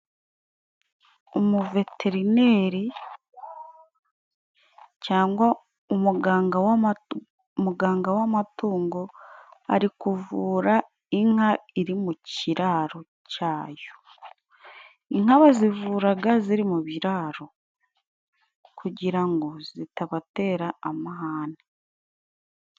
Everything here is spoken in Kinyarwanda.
Umuveterineri cangwa umuganga w'amatu... muganga w'amatungo, ari kuvura inka iri mu ciraro cayo. Inka bazivuraga ziri mu biraro kugira ngo zitabatera amahane.